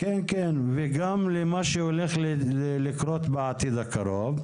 כן, כן וגם למה שהולך לקרות בעתיד הקרוב.